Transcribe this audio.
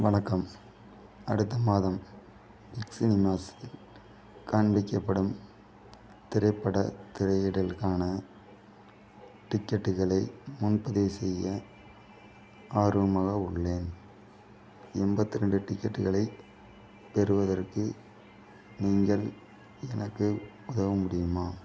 வணக்கம் அடுத்த மாதம் பிக் சினிமாஸ்ஸில் காண்பிக்கப்படும் திரைப்படத் திரையிடலுக்கான டிக்கெட்டுகளை முன்பதிவு செய்ய ஆர்வமாக உள்ளேன் எண்பத்தி ரெண்டு டிக்கெட்டுகளை பெறுவதற்கு நீங்கள் எனக்கு உதவ முடியுமா